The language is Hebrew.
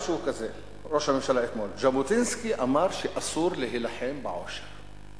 ראש הממשלה אמר משהו כזה: ז'בוטינסקי אמר שאסור להילחם בעושר.